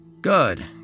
Good